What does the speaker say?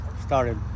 started